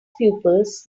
pupils